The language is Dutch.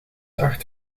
acht